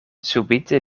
subite